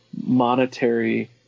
monetary